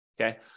okay